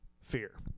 fear